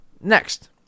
Next